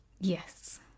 yes